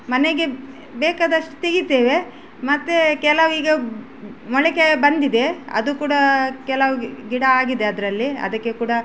ಮನೆಗೆ ಬೇಕಾದಷ್ಟು ತೆಗಿತೇವೆ ಮತ್ತು ಕೆಲವು ಈಗ ಮೊಳಕೆ ಬಂದಿದೆ ಅದು ಕೂಡ ಕೆಲವು ಗಿಡ ಆಗಿದೆ ಅದರಲ್ಲಿ ಅದಕ್ಕೆ ಕೂಡ